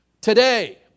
today